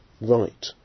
right